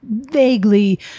vaguely